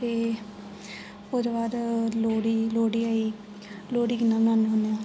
ते ओह्दे बाद लोहड़ी लोहड़ी आई लोहड़ी कि'यां बनाने होने आं